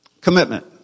Commitment